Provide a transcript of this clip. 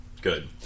Good